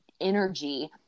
energy